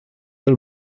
del